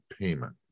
payment